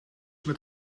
met